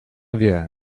wie